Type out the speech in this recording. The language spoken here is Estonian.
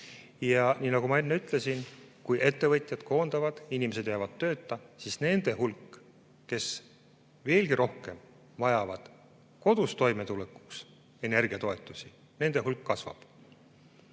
Ja nagu ma enne ütlesin, kui ettevõtjad koondavad, inimesed jäävad tööta, siis nende hulk, kes veelgi rohkem vajavad kodus toimetulekuks energiatoetusi, kasvab.